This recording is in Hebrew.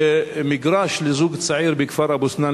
שמגרש לזוג צעיר מהכפר אבו-סנאן,